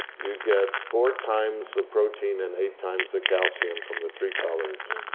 you'd get four times the protein and eight times the calcium from the tree collards.